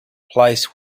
place